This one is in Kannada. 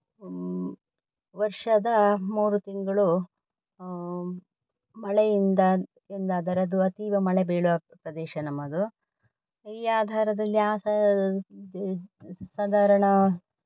ವರ್ಷದ ಮೂರು ತಿಂಗಳು ಮಳೆಯಿಂದ ಎಂದಾದರೆ ಅದು ಅತೀವ ಮಳೆ ಬೀಳುವ ಪ್ರದೇಶ ನಮ್ಮದು ಈ ಆಧಾರದಲ್ಲಿ ಆ ಸ ಸಧಾರಣ